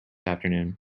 afternoon